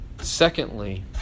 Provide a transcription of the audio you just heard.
Secondly